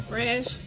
Fresh